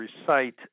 recite